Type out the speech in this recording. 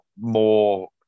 more